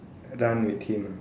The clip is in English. run with him